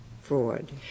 fraud